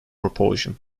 propulsion